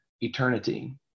eternity